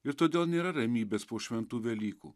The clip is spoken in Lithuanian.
ir todėl nėra ramybės po šventų velykų